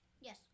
Yes